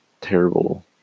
terrible